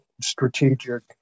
strategic